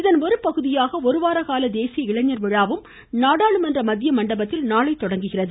இதன் ஒருபகுதியாக ஒருவார கால தேசிய இளைஞர் விழாவும் நாடாளுமன்ற மத்திய மண்டபத்தில் நாளை தொடங்குகிறது